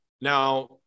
Now